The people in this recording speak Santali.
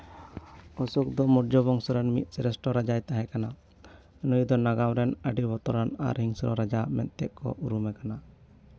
ᱚᱥᱳᱠ ᱫᱚ ᱢᱳᱨᱡᱚ ᱵᱚᱝᱥᱚ ᱨᱮᱱ ᱢᱤᱫ ᱥᱨᱮᱥᱴᱚ ᱨᱟᱡᱟᱭ ᱛᱟᱦᱮᱸ ᱠᱟᱱᱟ ᱱᱩᱭ ᱫᱚ ᱱᱟᱜᱟᱢ ᱨᱮᱱ ᱟᱹᱰᱤ ᱵᱚᱛᱚᱨᱟᱱ ᱟᱨ ᱦᱤᱝᱥᱟ ᱨᱟᱡᱟ ᱢᱮᱱᱛᱮᱠᱚ ᱩᱨᱩᱢᱮ ᱠᱟᱱᱟ